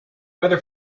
weather